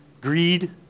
greed